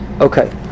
Okay